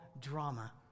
drama